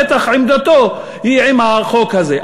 בטח עמדתו היא עם החוק הזה.